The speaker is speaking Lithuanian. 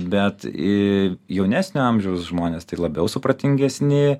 bet eee jaunesnio amžiaus žmones tai labiau supratingesni